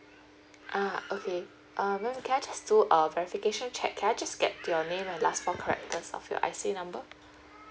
uh okay um madam can I just do a verification check can I just get your name and your last four characters of your I_C number